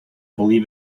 believe